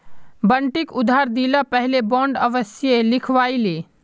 बंटिक उधार दि ल पहले बॉन्ड अवश्य लिखवइ ले